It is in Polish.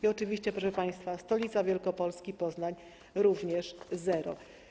I oczywiście, proszę państwa, stolica Wielkopolski: Poznań - również zero.